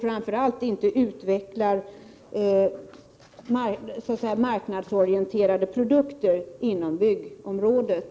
Framför allt utvecklar den inte marknadsorienterade produkter inom byggområdet.